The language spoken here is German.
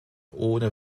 ohne